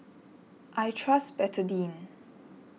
I trust Betadine